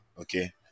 Okay